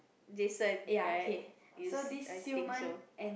Jason right is I think so